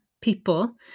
people